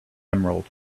emerald